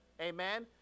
Amen